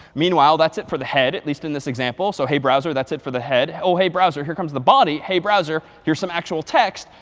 meanwhile, that's it for the head, at least in this example. so hey browser, that's it for the head. oh hey, browser, here comes the body. hey browser, here's some actual text.